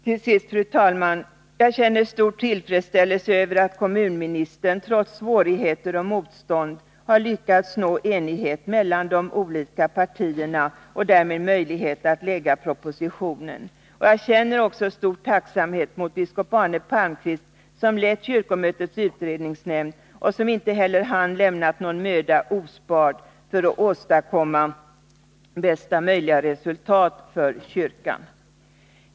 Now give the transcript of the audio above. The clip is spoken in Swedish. Till sist, fru talman: Jag känner stor tillfredsställelse över att kommunministern — trots svårigheter och motstånd — har lyckats skapa enighet mellan de olika partierna och därmed fått möjlighet att lägga fram propositionen. Jag känner också stor tacksamhet mot biskop Arne Palmqvist, som lett kyrkmötets utredningsnämnd och som inte heller han lämnat någon möda ospard för att åstadkomma bästa möjliga resultat för kyrkan.